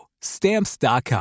Stamps.com